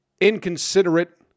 inconsiderate